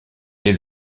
est